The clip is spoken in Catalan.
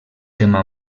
tema